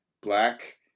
black